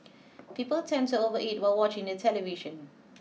people tend to overeat while watching the television